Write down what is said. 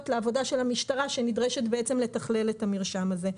לעבודה של המשטרה שנדרשת לתכלל את המרשם הזה.